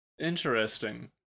Interesting